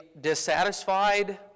dissatisfied